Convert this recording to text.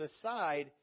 aside